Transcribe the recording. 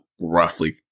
roughly